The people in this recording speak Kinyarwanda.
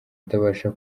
atabasha